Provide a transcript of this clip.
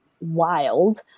wild